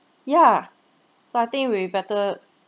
ya so I think we better